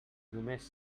només